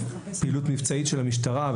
אגב פעילות מבצעית של המשטרה,